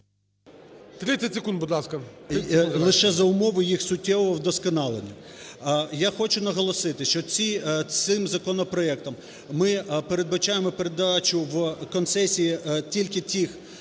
30 секунд, будь ласка.